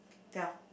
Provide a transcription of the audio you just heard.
tell